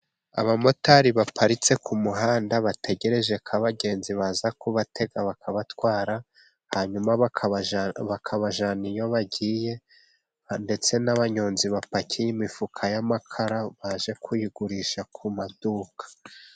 Abamotari baparitse ku muhanda bategereje ko abagenzi baza kubatega bakabatwara, hanyuma bakabajyana iyo bagiye. Ndetse n'abanyonzi bapakiye imifuka y'amakara baje kuyigurisha ku maduka.